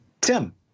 Tim